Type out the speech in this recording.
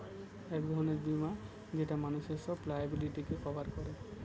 এক ধরনের বীমা যেটা মানুষের সব লায়াবিলিটিকে কভার করে